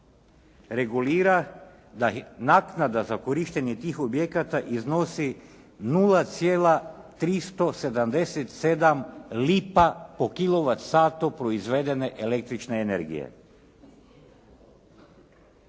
regulira da naknada za korištenje tih objekata iznosi 0,377 lipa po kilovat satu proizvedene električne energije.